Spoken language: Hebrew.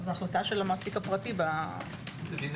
יש להם